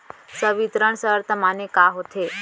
संवितरण शर्त माने का होथे?